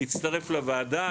הצטרף לוועדה.